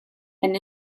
and